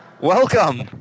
Welcome